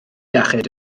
iechyd